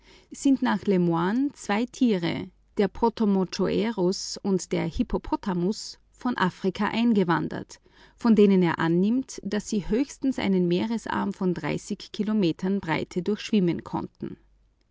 sind nach lemoine zwei tiere der potamochoerus und der hippopotamus von afrika eingewandert die wie lemoine meint höchstens einen meeresarm von kilometern breite durchschwimmen konnten